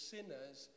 Sinners